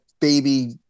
baby